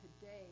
today